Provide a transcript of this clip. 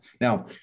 Now